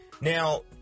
Now